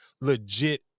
legit